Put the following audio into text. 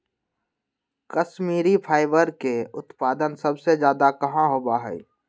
Kashmiri fibre के उत्पादन सबसे ज्यादा कहाँ होबा हई?